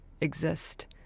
exist